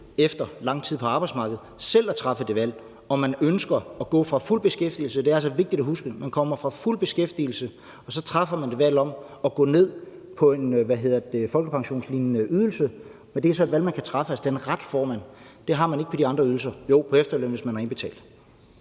efter lang tid på arbejdsmarkedet selv at træffe det valg, om man ønsker at gå fra fuld beskæftigelse. Det er altså vigtigt at huske. Man kommer fra fuld beskæftigelse, og så træffer man et valg om at gå ned på en folkepensionslignende ydelse, og den ret får man. Det har man ikke på de andre ydelser. Jo, på efterløn, hvis man har indbetalt.